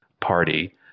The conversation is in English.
party